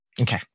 Okay